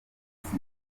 nziza